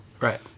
Right